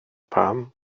pam